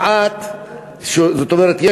זאת אומרת,